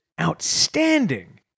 outstanding